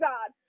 God